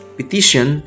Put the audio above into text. petition